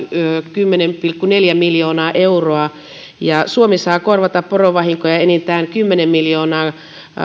kymmenen pilkku neljä miljoonaa euroa ja suomi saa korvata porovahinkoja enintään kymmenen miljoonaa